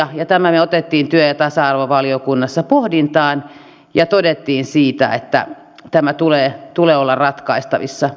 tämän me otimme työelämä ja tasa arvovaliokunnassa pohdintaan ja totesimme siitä että tämän tulee olla ratkaistavissa